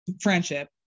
friendship